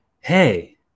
hey